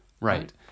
right